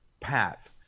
path